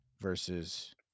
versus